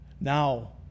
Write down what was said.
Now